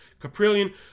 Caprillion